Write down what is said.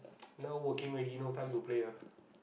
now working already no time to play ah